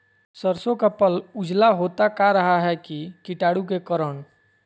सरसो का पल उजला होता का रहा है की कीटाणु के करण?